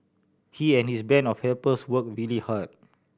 he and his band of helpers worked really hard